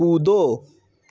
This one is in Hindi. कूदो